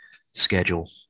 schedule